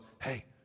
hey